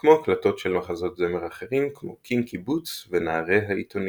כמו הקלטות של מחזות זמר אחרים כמו "קינקי בוטס" ו"נערי העיתונים".